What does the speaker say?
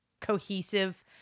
cohesive